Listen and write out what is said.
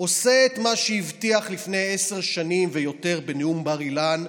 עושה את מה שהבטיח לפני עשר שנים ויותר בנאום בר-אילן,